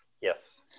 Yes